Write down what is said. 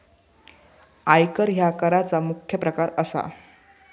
आयकर ह्या कराचा मुख्य प्रकार असा